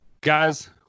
guys